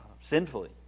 sinfully